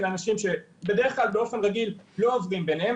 אנשים שבדרך כלל באופן רגיל לא עובדים ביניהם,